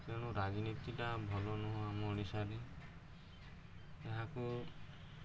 ତେଣୁ ରାଜନୀତିଟା ଭଲ ନୁହଁ ଆମ ଓଡ଼ିଶାରେ ଏହାକୁ